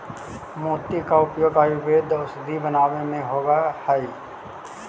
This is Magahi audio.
मोती का उपयोग आयुर्वेद में औषधि बनावे में होवअ हई